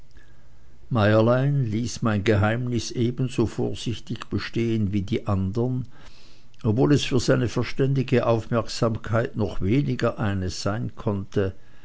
ließ mein geheimnis ebenso vorsichtig bestehen wie die anderen obwohl es für seine verständige aufmerksamkeit noch weniger eines sein konnte